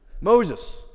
Moses